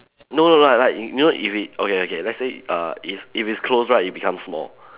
no no no like like you know if it okay okay let's say err it's if it's close right it become small